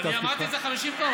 אני אמרתי את זה 50 פעם,